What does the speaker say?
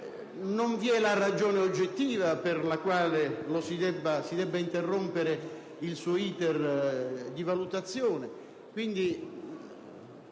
Non vi è ragione oggettiva per la quale si debba interrompere l'*iter* di valutazione.